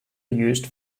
used